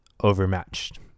overmatched